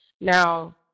Now